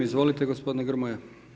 Izvolite gospodine Grmoja.